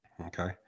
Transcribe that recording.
Okay